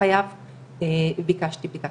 היתה חיובית ומסיבות שונות הוחלט לא לאמץ את